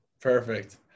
Perfect